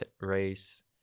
race